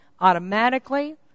automatically